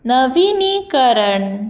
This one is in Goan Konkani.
नविनीकरण